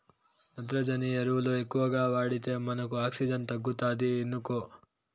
నత్రజని ఎరువులు ఎక్కువగా వాడితే మనకు ఆక్సిజన్ తగ్గుతాది ఇనుకో